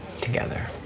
together